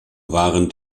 waren